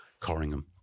Corringham